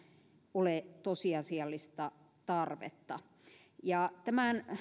ole tosiasiallista tarvetta tämän